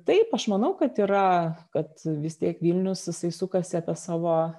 taip aš manau kad yra kad vis tiek vilnius jisai sukasi apie savo